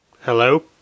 Hello